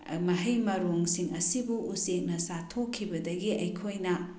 ꯃꯍꯩ ꯃꯔꯣꯡꯁꯤꯡ ꯑꯁꯤꯕꯨ ꯎꯆꯦꯛꯅ ꯆꯥꯊꯣꯛꯈꯤꯕꯗꯒꯤ ꯑꯩꯈꯣꯏꯅ